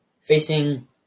facing